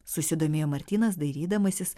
susidomėjo martynas dairydamasis